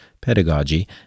pedagogy